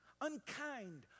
Unkind